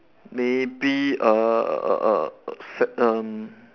maybe err s~ erm